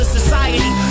society